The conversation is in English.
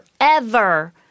forever